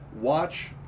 Watch